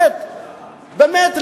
באמת,